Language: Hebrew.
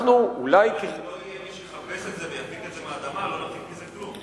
אבל אם לא יהיה מי שיחפש את זה ויפיק את זה מן האדמה לא נפיק מזה כלום.